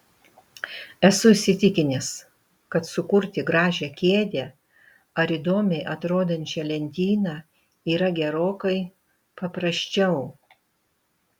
esu įsitikinęs kad sukurti gražią kėdę ar įdomiai atrodančią lentyną yra gerokai paprasčiau